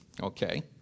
okay